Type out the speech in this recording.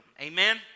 Amen